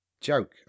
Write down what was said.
joke